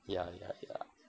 ya ya ya